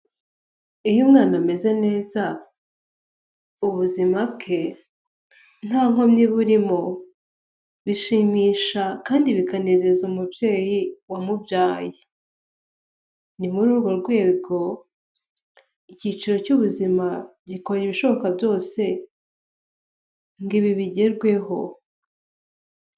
Iyo umwana ameze neza ubuzima bwe nta nkomyi burimo bishimisha kandi bikanezeza umubyeyi wamubyaye ni muri urwo rwego icyiciro cy'ubuzima gikora ibishoboka byose ngo ibi bigerweho.